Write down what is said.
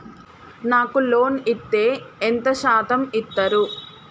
నాకు లోన్ ఇత్తే ఎంత శాతం ఇత్తరు?